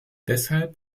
deshalb